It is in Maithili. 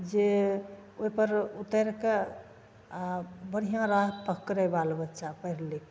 जे ओहिपर उतरिके आओर बढ़िआँ राह पकड़ै बाल बच्चा पढ़ि लिखिके